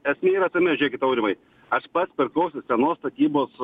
esmė yra tame žiūrėkit aurimai aš pats pirkausi senos statybos